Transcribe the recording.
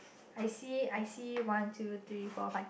I see I see one two three four five